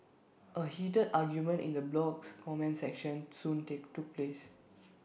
A heated argument in the blog's comment section soon take took place